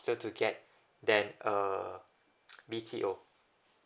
to get than uh B_T_O